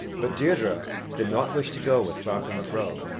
but deirdre did not wish to go with ferchar mac ro,